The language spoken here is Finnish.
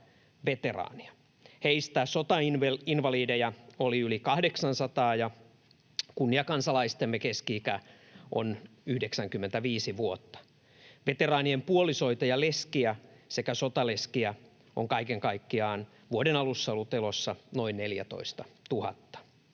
Heistä sotainvalideja oli yli 800, ja kunniakansalaistemme keski-ikä on 95 vuotta. Veteraanien puolisoita ja leskiä sekä sotaleskiä on kaiken kaikkiaan vuoden alussa ollut elossa noin 14 000.